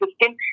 system